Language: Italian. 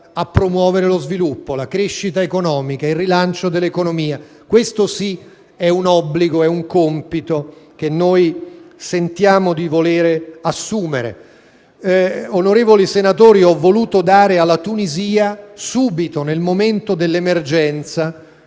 di promuovere lo sviluppo, la crescita economica, il rilancio dell'economia. Questo sì è un obbligo e un compito che sentiamo di volere assumere. Onorevoli senatori, ho voluto subito dare alla Tunisia, nel momento dell'emergenza,